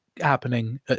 happening